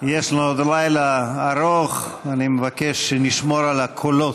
יש לנו עוד לילה ארוך, אני מבקש שנשמור על הקולות.